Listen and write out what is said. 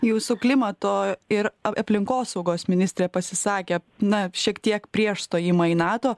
jūsų klimato ir aplinkosaugos ministrė pasisakė na šiek tiek prieš stojimą į nato